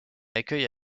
accueille